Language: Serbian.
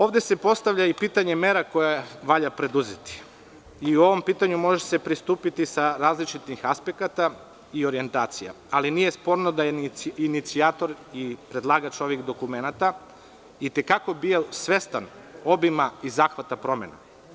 Ovde se postavlja i pitanje mera koje valja preduzeti i ovom pitanju može se pristupiti sa različitih aspekata i orijentacija, ali nije sporno da je inicijator i predlagač ovih dokumenata i te kako bio svestan obima i zahvata promena.